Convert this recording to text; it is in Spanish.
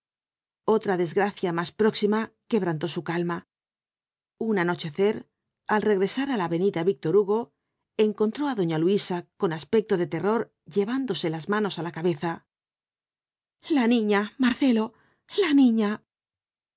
otra desgracia más próxima quebrantó su calma un anochecer al regresar á la avenida víctor hugo encontró á doña luisa con aspecto de terror llevándose las manos á la cabeza la niña marcelo la niña